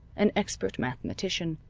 an expert mathematician,